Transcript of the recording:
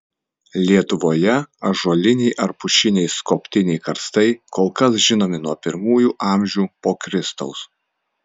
lietuvoje ąžuoliniai ar pušiniai skobtiniai karstai kol kas žinomi nuo pirmųjų amžių po kristaus